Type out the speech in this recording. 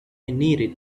needed